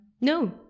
no